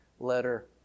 Letter